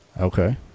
Okay